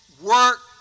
work